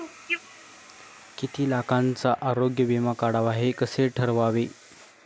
किती लाखाचा आरोग्य विमा काढावा हे कसे ठरवावे?